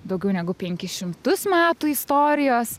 daugiau negu penkis šimtus metų istorijos